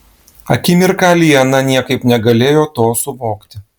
akimirką liana niekaip negalėjo to suvokti